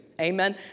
amen